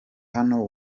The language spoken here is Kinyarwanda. hano